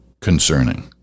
concerning